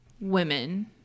women